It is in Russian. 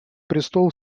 престол